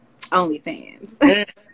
OnlyFans